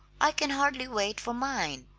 i can hardly wait for mine!